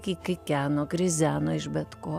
ki kikeno krizeno iš bet ko